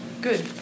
good